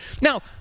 Now